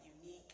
unique